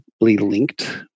linked